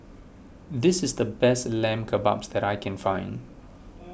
this is the best Lamb Kebabs that I can find